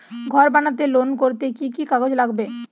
ঘর বানাতে লোন করতে কি কি কাগজ লাগবে?